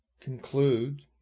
conclude